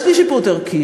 יש לי שיפוט ערכי,